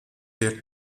der